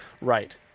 Right